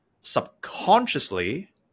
subconsciously